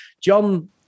John